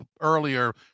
earlier